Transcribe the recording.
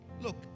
Look